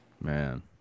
Man